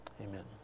amen